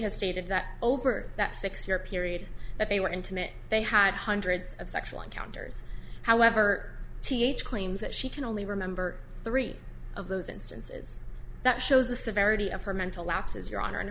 has stated that over that six year period that they were intimate they had hundreds of sexual encounters however th claims that she can only remember three of those instances that shows the severity of her mental lapses your honor and